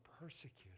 persecuted